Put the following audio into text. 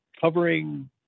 covering